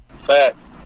Facts